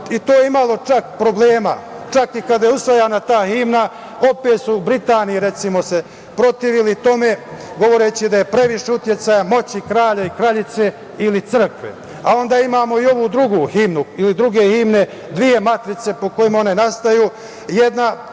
Tu je imalo problema, čak i kada je usvajana ta himna, opet su se u Britaniji, recimo, protivili tome, govoreći da je previše uticaja moći kralja i kraljice ili crkve. Onda imamo i ove druge himne, dve matrice po kojima one nastaju, jedna